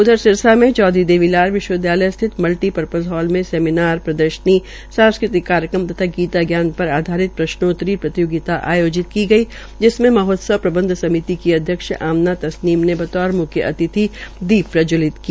उधर सिरसा में चौधरी देवी लाल विश्वविदयालय स्थित मल्टीपर्पज हाल में सेमीनार प्रदर्शनी सांस्कृतिक कार्यक्रम तथा गीता ज्ञान पर आधारित प्रश्नोतरी प्रतियोगिता आयोजित की गई जिसमें महोत्सव प्रबंध समिति की अध्यक्ष आमना तस्मीन ने बतौर मुख्य अतिथि दीप प्रज्जवलित किया